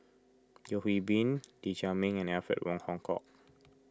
Yeo Hwee Bin Lee Chiaw Meng and Alfred Wong Hong Kwok